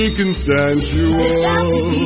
consensual